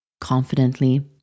confidently